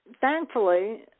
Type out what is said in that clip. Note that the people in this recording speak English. thankfully